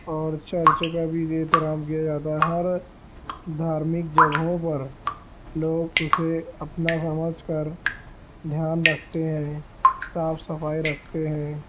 اور چرچ کا بھی احترام کیا جاتا ہے ہر دھارمک جگہوں پر لوگ اسے اپنا سمجھ کر دھیان رکھتے ہیں صاف صفائی رکھتے ہیں